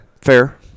Fair